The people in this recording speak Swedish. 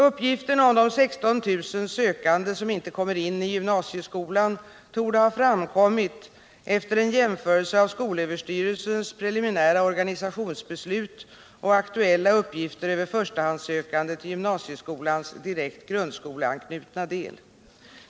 Uppgiften om de 16 000 sökande som inte kommer in i gymnasieskolan torde ha framkommit efter en jämförelse av skolöverstyrelsens preliminära organisationsbeslut och aktuella uppgifter över förstahandssökande till gymnasieskolans direkt grundskoleanknutna del.